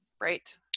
Right